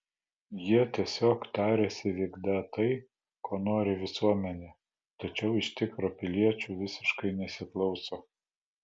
jie tiesiog tariasi vykdą tai ko nori visuomenė tačiau iš tikro piliečių visiškai nesiklauso